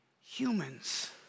humans